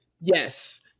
Yes